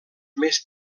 més